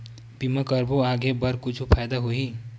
बीमा करबो आगे बर कुछु फ़ायदा होही?